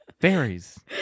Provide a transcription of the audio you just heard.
fairies